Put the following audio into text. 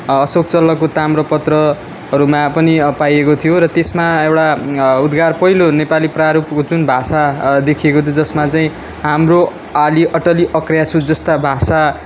अशोक चल्लको ताम्रपत्रहरूमा पनि अब पाइएको थियो र त्यसमा एउटा उद्गार पहिलो नेपाली प्रारूपको जुन भाषा देखिएको थियो जसमा चाहिँ हाम्रो आली अटली अक्र्या छु जस्ता भाषा